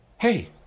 Hey